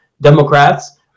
Democrats